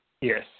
Yes